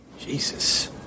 Jesus